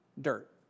dirt